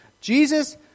Jesus